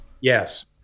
yes